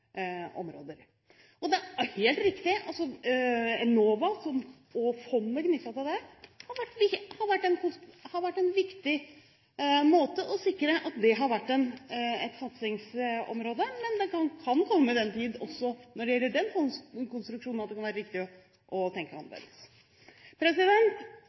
områder. Det er helt riktig at fondet knyttet til Enova har vært en viktig måte å sikre at det har vært et satsingsområde på, men det kan komme den tid også når det gjelder den fondskonstruksjonen, at det kan være riktig å tenke